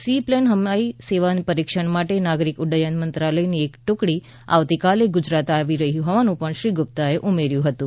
sea plane હવાઈ સેવાના પરીક્ષણ માટે નાગરિક ઉ ક્રચન મંત્રાલયની એક ટુકડી આવતીકાલે ગુજરાત આવી રહી હોવાનું પણ શ્રી ગુપ્તાએ ઉમેર્થું હતું